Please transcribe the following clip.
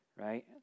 right